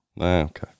Okay